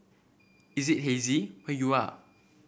is it hazy where you are